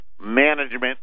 Management